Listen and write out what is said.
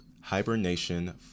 Hibernation